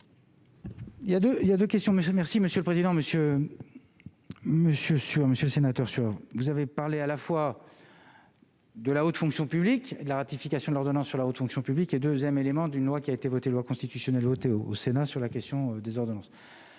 Monsieur monsieur sur Monsieur le sénateur sur vous avez parlé à la fois. De la haute fonction publique, de la ratification de l'ordonnance sur la haute fonction publique et 2ème élément d'une loi qui a été votée, loi constitutionnelle votée au Sénat sur la question des ordonnances